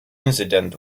incident